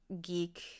geek